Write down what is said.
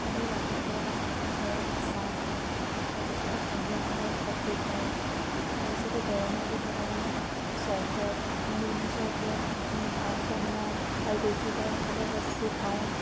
আমি ৰাতিপুৱা ঘৰত চাহ খাওঁ তাৰপিছতে সন্ধিয়া সময়ত কফি খাওঁ তাৰপিছতে গৰমৰ দিনত আমি চৰবত নেমু চৰবত আম পান্না আৰু বেছি গৰম হ'লে লাচ্চি খাওঁ